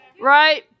Right